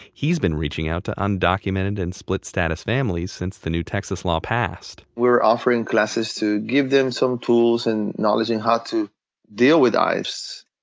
he's been reaching out to undocumented and split-status families since the new texas law passed. we were offering classes to give them some tools and knowledge in how to deal with ice,